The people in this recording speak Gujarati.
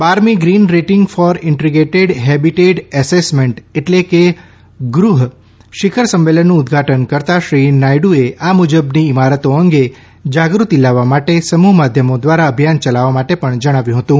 બારમી green rating for integrated habitat assessment એટલે કે ગૃહ શિખર સંમેલનનું ઉદ્દઘાટન કરતા શ્રી નાયડુએ આ મુજબની ઇમારતો અંગે જાગૃતિ લાવવા માટે સમૂહ માધ્યમો દ્વારા અભિયાન ચલાવવા માટે પણ જણાવ્યું હતું